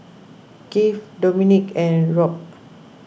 Kieth Dominque and Rob